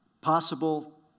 possible